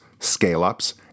scale-ups